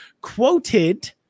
quoted